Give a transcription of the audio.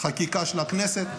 חקיקה של הכנסת,